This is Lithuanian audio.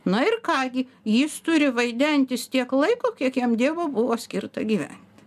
na ir ką gi jis turi vaidentis tiek laiko kiek jam dievo buvo skirta gyvent